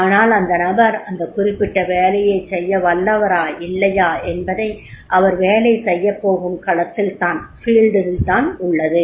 ஆனால் அந்த நபர் அந்த குறிப்பிட்ட வேலையைச் செய்ய வல்லவரா இல்லையா என்பது அவர் வேலை செய்யப்போகும் களத்தில்தான் உள்ளது